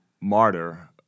martyr